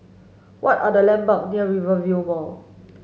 what are the landmark near Rivervale Mall